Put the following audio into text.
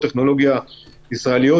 טכנולוגיה ישראליות,